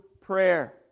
prayer